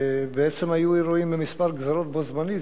ובעצם היו אירועים בכמה גזרות בו זמנית,